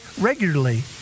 regularly